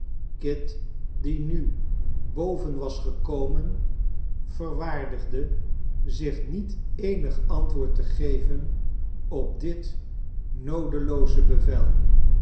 die nu boven was gekomen verwaardigde zich niet eenig antwoord te geven op dit noodelooze bevel